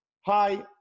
hi